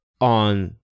on